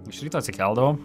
iš ryto atsikeldavau